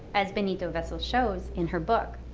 as benito-vessels shows in her book,